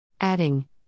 Adding